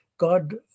God